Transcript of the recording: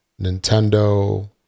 Nintendo